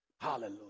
Hallelujah